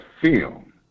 film